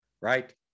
right